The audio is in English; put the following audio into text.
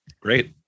Great